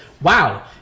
Wow